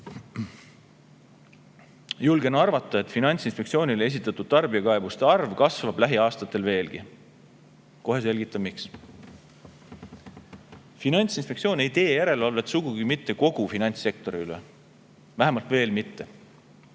Julgen arvata, et Finantsinspektsioonile esitatud tarbijakaebuste arv kasvab lähiaastatel veelgi. Kohe selgitan, miks. Finantsinspektsioon ei tee järelevalvet sugugi mitte kogu finantssektori üle, vähemalt veel mitte.